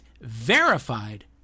verified